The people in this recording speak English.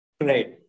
Right